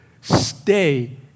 stay